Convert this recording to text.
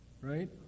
Right